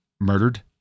murdered